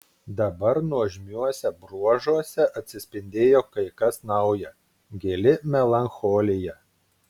dabar nuožmiuose bruožuose atsispindėjo kai kas nauja gili melancholija